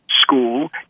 school